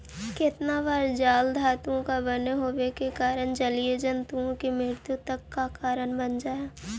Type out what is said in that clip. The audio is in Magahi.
केतना बार जाल धातुओं का बने होवे के कारण जलीय जन्तुओं की मृत्यु तक का कारण बन जा हई